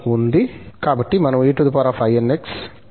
కాబట్టి మనము einx common తీసుకోవచ్చు